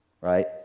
right